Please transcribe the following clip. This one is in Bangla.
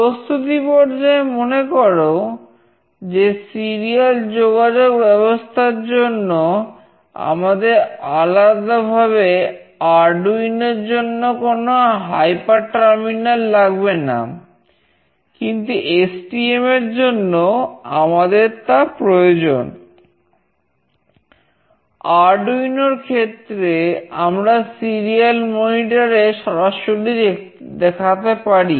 প্রস্তুতি পর্যায়ে মনে করো যে সিরিয়াল এ সরাসরি দেখাতে পারি